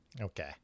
Okay